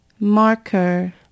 Marker